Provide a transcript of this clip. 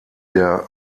der